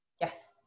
Yes